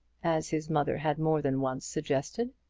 as his mother had more than once suggested!